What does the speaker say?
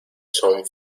son